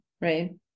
right